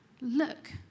Look